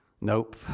Nope